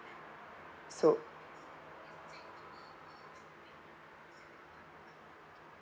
so